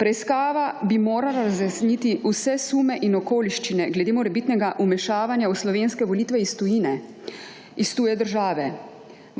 Preiskava bi morala zjasniti vse sume in okoliščine glede morebitnega vmešavanja v slovenske volitve iz tujine, iz tuje države.